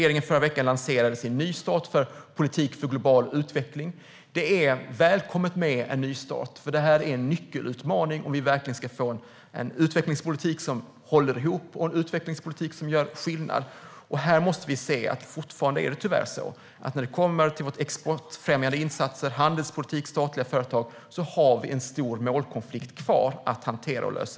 I förra veckan lanserade regeringen sin nystart för Sveriges politik för global utveckling. Det är välkommet med en nystart, för detta är en nyckel-utmaning om vi ska få en utvecklingspolitik som håller ihop och som gör skillnad. Vi måste se att när det kommer till exportfrämjande insatser, handelspolitik och statliga företag har vi tyvärr fortfarande en stor målkonflikt kvar att hantera och lösa.